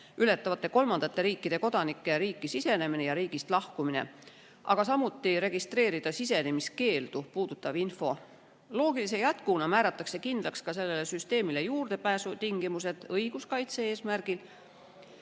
ületavate kolmandate riikide kodanike riiki sisenemine ja riigist lahkumine, samuti registreerida sisenemiskeeldu puudutav info. Loogilise jätkuna määratakse kindlaks süsteemile juurdepääsu tingimused õiguskaitse eesmärgil.